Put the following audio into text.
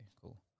Cool